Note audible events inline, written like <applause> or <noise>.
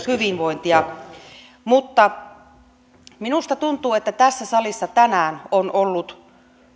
<unintelligible> hyvinvointia mutta minusta tuntuu että tässä salissa tänään on ollut